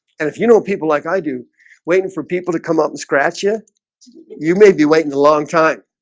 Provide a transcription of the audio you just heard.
and if you know people like i do waiting for people to come up and scratch you you may be waiting a long time